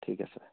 ঠিক আছে